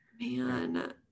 Man